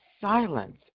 silence